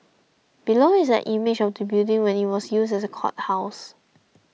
below is an image of the building when it was used as a courthouse